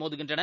மோதுகின்றன